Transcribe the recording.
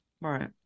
Right